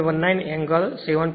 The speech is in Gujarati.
19 એંગલ 7